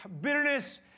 bitterness